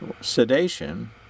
sedation